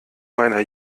meiner